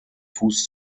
fuß